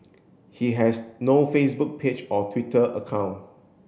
he has no Facebook page or Twitter account